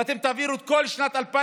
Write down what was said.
לא יכבדו את זה, ואתם תעבירו את כל שנת 2020